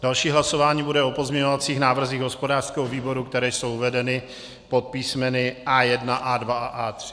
Další hlasování bude o pozměňovacích návrzích hospodářského výboru, které jsou uvedeny pod písmeny A1, A2 a A3.